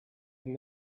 and